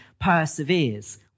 perseveres